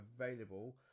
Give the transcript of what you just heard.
available